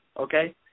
okay